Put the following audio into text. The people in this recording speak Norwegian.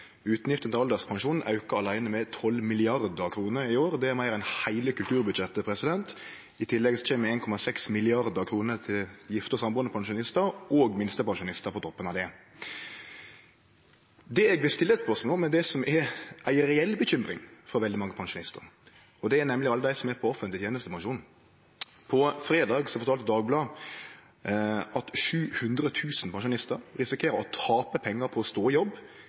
Utgiftene til alderspensjon auka aleine med 12 mrd. kr i år. Det er meir enn heile kulturbudsjettet. I tillegg kjem 1,6 mrd. kr til gifte og sambuande pensjonistar og minstepensjonistar på toppen av det. Det eg vil stille eit spørsmål om, er det som er ei reell bekymring for veldig mange pensjonistar, nemleg alle dei som er på offentleg tenestepensjon. På fredag fortalde Dagbladet at 700 000 pensjonistar risikerer å tape pengar på å stå i jobb